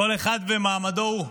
כל אחד ומעמדו הוא.